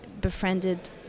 befriended